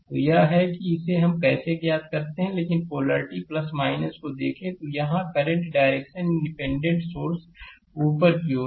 तो यह है कि हम इसे कैसे करते हैं लेकिन पोलैरिटी को देखें तो यहां करंट डायरेक्शन इंडिपेंडेंट सोर्स में ऊपर की ओर है